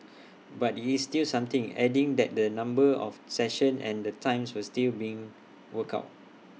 but IT is still something adding that the number of sessions and the times were still being worked out